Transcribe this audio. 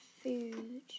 food